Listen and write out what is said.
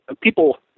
People